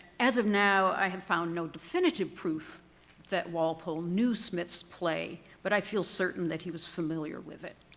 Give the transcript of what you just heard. as of now i have found no definitive proof that walpole new smith's play but i feel certain that he was familiar with it.